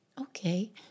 okay